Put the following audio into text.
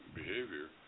behavior